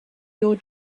your